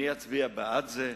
אני אצביע בעד זה,